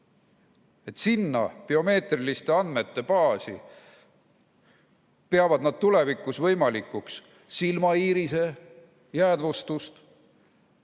olnud. Biomeetriliste andmete baasi peavad nad tulevikus võimalikuks silmaiirise jäädvustamist,